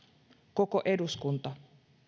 koko eduskunta